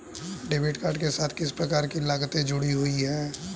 Debit card के साथ किस प्रकार की लागतें जुड़ी हुई हैं?